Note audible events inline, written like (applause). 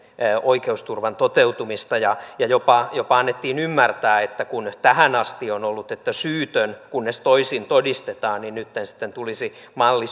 oikeusturvan toteutumista ja ja jopa jopa annettiin ymmärtää että kun tähän asti on ollut että syytön kunnes toisin todistetaan niin nyt sitten tulisi malli (unintelligible)